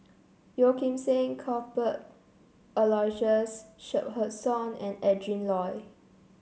Yeo Kim Seng Cuthbert Aloysius Shepherdson and Adrin Loi